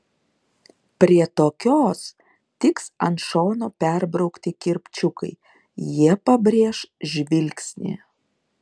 prie tokios tiks ant šono perbraukti kirpčiukai jie pabrėš žvilgsnį